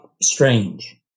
strange